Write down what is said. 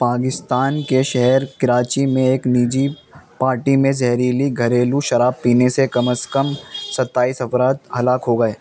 پاکستان کے شہر کراچی میں ایک نجی پارٹی میں زہریلی گھریلو شراب پینے سے کم از کم ستائس افراد ہلاک ہو گئے